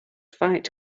fight